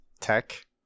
tech